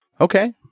Okay